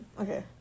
Okay